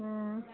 હં